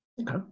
Okay